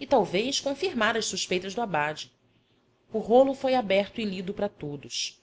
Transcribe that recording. e talvez confirmar as suspeitas do abade o rolo foi aberto e lido para todos